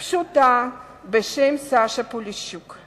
פשוטה בשם סאשה פולישוק,